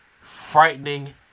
Frightening